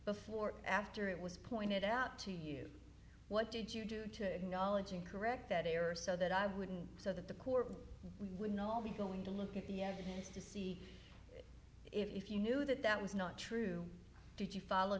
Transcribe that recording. before after it was pointed out to you what did you do to acknowledge and correct that error so that i wouldn't so that the court would know me going to look at the evidence to see if you knew that that was not true did you follow